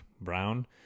brown